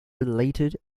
related